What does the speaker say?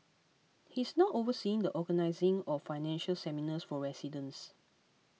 he is now overseeing the organising of financial seminars for residents